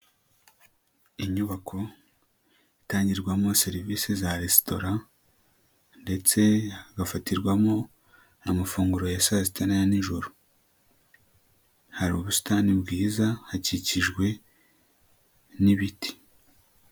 Inyubako itangirwamo serivise za resitora ndetse hagafatirwamo n'amafunguro ya saa sita n'aya nijoro, hari ubusitani bwiza hakikijwe n'ibiti.